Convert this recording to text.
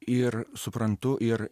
ir suprantu ir